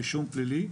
רישום פלילי,